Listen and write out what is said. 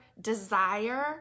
desire